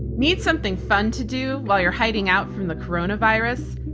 need something fun to do while you're hiding out from the coronavirus?